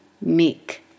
meek